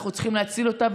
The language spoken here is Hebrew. אנחנו צריכים להציל אותה,